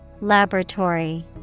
Laboratory